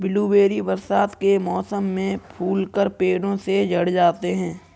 blueberry बरसात के मौसम में फूलकर पेड़ों से झड़ जाते हैं